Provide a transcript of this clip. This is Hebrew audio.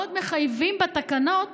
ועוד מחייבים בתקנות